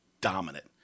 dominant